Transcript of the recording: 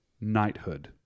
knighthood